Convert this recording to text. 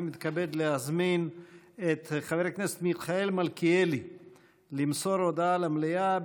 אני מתכבד להזמין את חבר הכנסת מיכאל מלכיאלי למסור הודעה למליאה,